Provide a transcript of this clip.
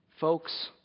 Folks